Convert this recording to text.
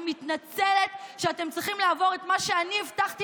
אני מתנצלת שאתם צריכים לעבור את מה שאני הבטחתי